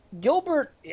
Gilbert